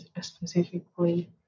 specifically